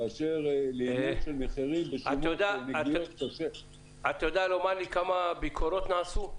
כאשר --- אתה יודע לומר לי כמה ביקורות נעשו?